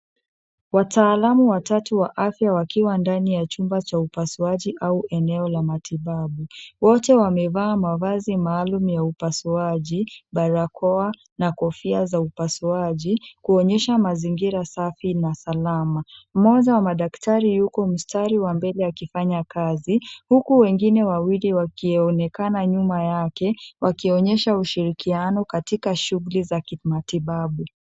Wataalamu watatu wa afya wakiwa ndani ya chumba cha upasuaji au eneo la matibabu. Wote wamevaa mavazi maalum ya upasuaji, barakoa na kofia za upasuaji kuonyesha mazingira safi na salama. Mmoja wa madaktari yuko mstari wa mbele akifanya kazi huku wengine wawili wakionekana nyuma yake wakionyesha ushirikiano katika shughuli za kimatibabu.